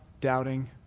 doubting